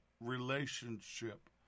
relationship